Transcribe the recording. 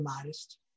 immodest